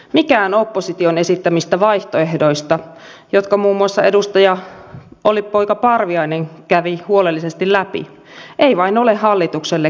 mikään opposition esittämistä vaihtoehdoista jotka muun muassa edustaja olli poika parviainen kävi huolellisesti läpi ei vaan ole hallitukselle kelvannut